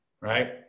right